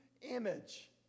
image